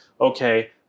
okay